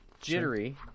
jittery